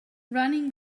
running